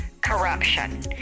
corruption